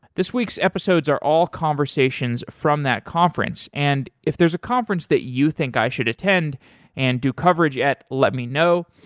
this week's episodes are all conversations from that conference, and if there's a conference that you think i should attend and do coverage at, let me know.